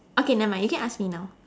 okay nevermind you can ask me now